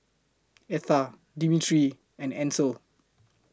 Etha Dimitri and Ancel